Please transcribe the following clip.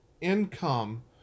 income